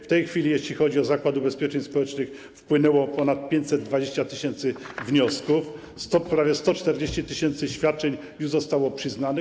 W tej chwili, jeśli chodzi o Zakład Ubezpieczeń Społecznych, wpłynęło ponad 520 tys. wniosków, prawie 140 tys. świadczeń już zostało przyznanych.